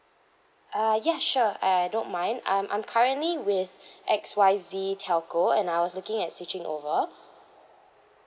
uh ya sure I don't mind um I'm currently with X Y Z telco and I was looking at switching over